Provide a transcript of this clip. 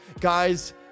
guys